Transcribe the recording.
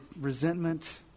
resentment